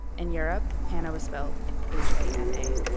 in europe hana was spelled h a n a.